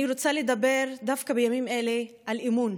אני רוצה לדבר דווקא בימים אלה על אמון.